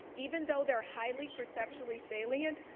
even though they're highly perceptually salient,